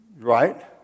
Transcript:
Right